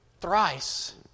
thrice